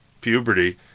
puberty –